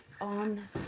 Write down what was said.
on